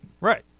Right